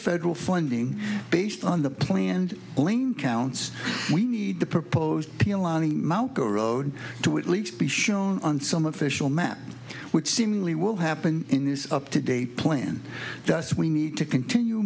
federal funding based on the planned link counts we need the proposed mt go road to at least be shown on some official map which seemingly will happen in this up to date plan thus we need to continue